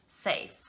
safe